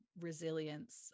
resilience